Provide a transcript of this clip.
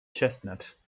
chestnut